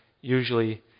usually